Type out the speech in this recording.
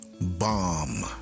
bomb